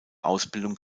ausbildung